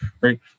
right